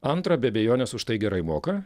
antra be abejonės už tai gerai moka